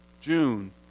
June